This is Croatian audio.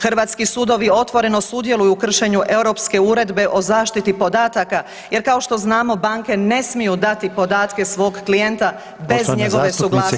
Hrvatski sudovi otvoreno sudjeluju u kršenju Europske uredbe o zaštiti podataka jer kao što znamo banke ne smiju dati podatke svog klijenta bez njegove suglasnosti.